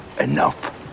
enough